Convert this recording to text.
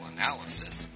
analysis